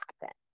happen